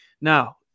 Now